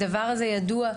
הדבר הזה ידוע.